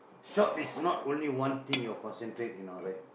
shop is not only one thing you concentrate you know right